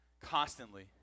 constantly